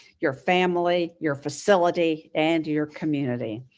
your family, your facility, and your community.